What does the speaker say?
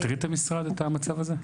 מטריד את המשרד המצב הזה?